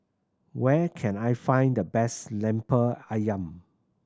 where can I find the best Lemper Ayam